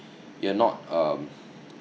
you're not um